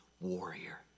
warrior